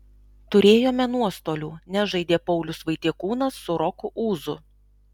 turėjome nuostolių nežaidė paulius vaitiekūnas su roku ūzu